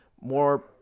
more